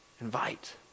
Invite